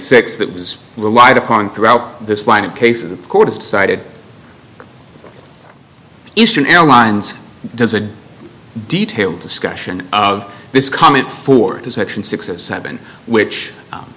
six that was relied upon throughout this line of cases the court has decided eastern airlines does a detailed discussion of this comment for section six or seven which